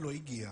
אולי בנו,